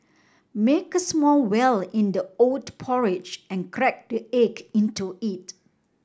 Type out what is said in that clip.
make a small well in the oat porridge and crack the egg into it